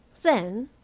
then,